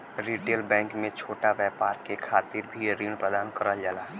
retail bank में छोटा व्यापार के खातिर भी ऋण प्रदान करल जाला